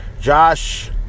Josh